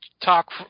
talk